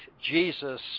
Jesus